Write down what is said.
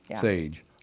Sage